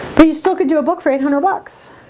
you still could do a book for eight hundred bucks